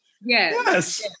Yes